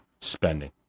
spending